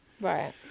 Right